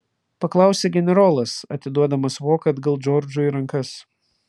paklausė generolas atiduodamas voką atgal džordžui į rankas